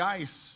ice